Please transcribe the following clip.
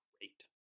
great